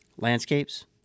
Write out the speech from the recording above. Landscapes